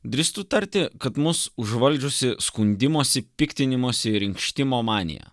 drįstu tarti kad mus užvaldžiusi skundimosi piktinimosi ir inkštimo manija